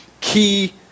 key